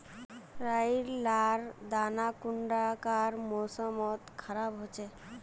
राई लार दाना कुंडा कार मौसम मोत खराब होचए?